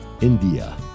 India